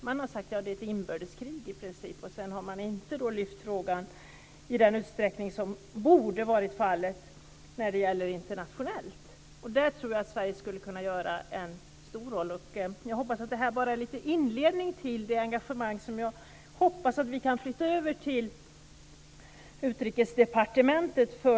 Man har i princip bara sagt att det är ett inbördeskrig och inte tagit upp frågan internationellt på det sätt som man borde. Där tror jag att Sverige skulle kunna spela en stor roll. Jag vill tro att detta bara är en liten inledning på det engagemang för dessa båda länders situation som jag hoppas att vi kan flytta över till Utrikesdepartementet.